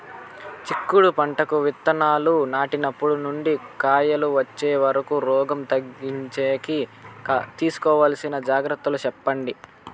చిక్కుడు పంటకు విత్తనాలు నాటినప్పటి నుండి కాయలు వచ్చే వరకు రోగం తగ్గించేకి తీసుకోవాల్సిన జాగ్రత్తలు చెప్పండి?